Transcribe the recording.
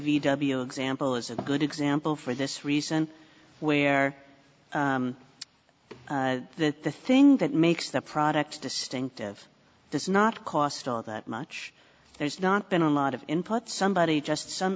w example is a good example for this reason where that the thing that makes the product distinctive does not cost all that much there's not been a lot of input somebody just some